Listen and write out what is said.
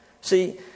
See